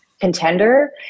contender